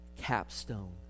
capstone